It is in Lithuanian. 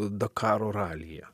dakaro ralyje